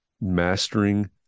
Mastering